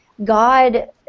God